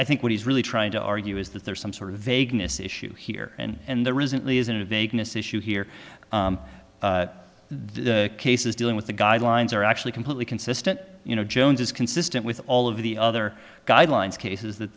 i think what he's really trying to argue is that there is some sort of vagueness issue here and the recently isn't a vagueness issue here the cases dealing with the guidelines are actually completely consistent you know jones is consistent with all of the other guidelines cases that